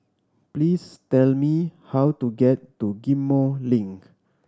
please tell me how to get to Ghim Moh Link